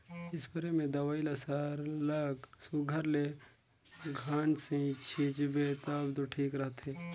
spray में दवई ल सरलग सुग्घर ले घन छींचबे तब दो ठीक रहथे